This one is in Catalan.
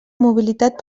mobilitat